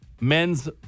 men's